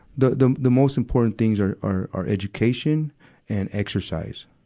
the, the, the most important things are, are, are education and exercise.